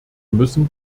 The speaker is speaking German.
müssen